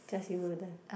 just